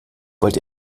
wollt